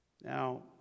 Now